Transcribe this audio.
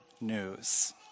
news